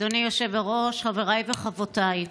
אדוני היושב-ראש, חבריי וחברותיי,